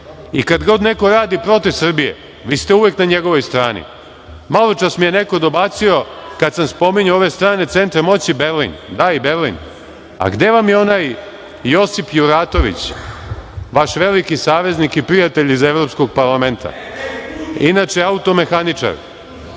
i kad god neko radi protiv Srbije, vi ste uvek na njegovoj strani. Maločas mi je neko dobacio, kada sam spominjao ove strane centre moći, Berlin. Da, i Berlin. A gde vam je onaj Josip Juratović, vaš veliki saveznik i prijatelj iz Evropskog parlamenta, inače automehaničar?